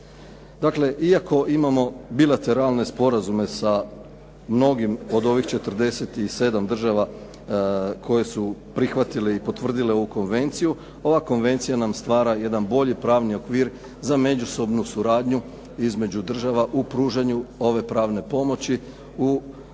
Dakle, iako imamo bilateralne sporazume sa mnogim od ovih 47 država koje su prihvatile i potvrdile ovu konvenciju, ova konvencija nam stvara jedan bolji pravni okvir za međusobnu suradnju između država u pružanju ove pravne pomoći u izvođenju